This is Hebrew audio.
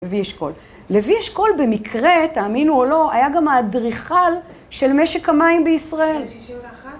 לוי אשכול. לוי אשכול במקרה, תאמינו או לא, היה גם האדריכל של משק המים בישראל.